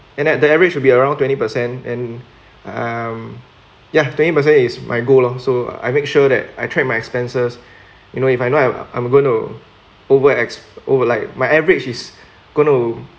and at the average will be around twenty percent and um ya twenty percent is my goal lor so I make sure that I track my expenses you know if I know I'm going to over ex over like my average is going to